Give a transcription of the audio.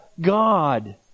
God